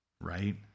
right